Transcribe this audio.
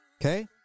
Okay